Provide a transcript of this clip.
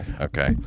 Okay